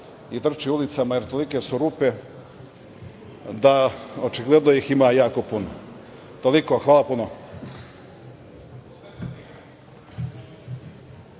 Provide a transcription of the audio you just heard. Hvala puno.